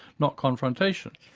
not confrontation.